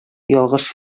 ялгыш